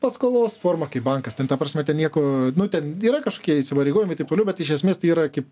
paskolos forma kaip bankas ten ta prasme ten nieko nu ten yra kažkokie įsipareigojimai taip toliau bet iš esmės tai yra kaip